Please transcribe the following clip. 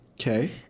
Okay